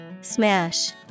Smash